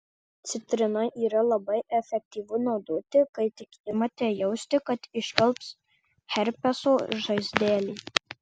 citrina yra labai efektyvu naudoti kai tik imate jausti kad iškils herpeso žaizdelė